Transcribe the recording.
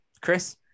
Chris